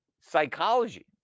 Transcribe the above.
psychology